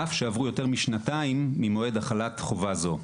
אף שעברו יותר משנתיים ממועד החלת חובה זו.